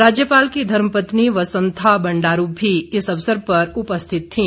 राज्यपाल की धर्म पत्नी वसंथा बंड़ारू भी इस अवसर पर उपस्थित थीं